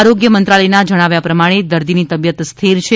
આરોગ્ય મંત્રાલયનાં જણાવ્યા પ્રમાણે દર્દીની તબિયત સ્થિર છે